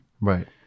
right